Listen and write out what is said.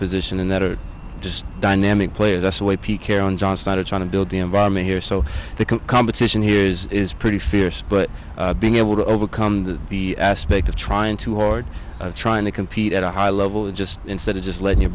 position and that are just dynamic players that's why pete carroll and john started trying to build the environment here so the competition here is is pretty fierce but being able to overcome that the aspect of trying too hard trying to compete at a high level is just instead of just letting your